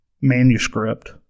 manuscript